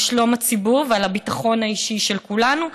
שלום הציבור ועל הביטחון האישי של כולנו?